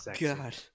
God